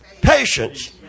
patience